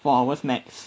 four hours max